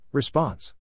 response